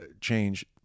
change